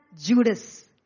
Judas